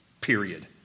Period